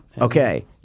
Okay